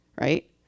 right